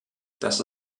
das